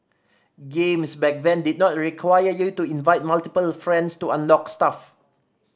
games back then did not require you to invite multiple friends to unlock stuff